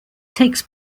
takes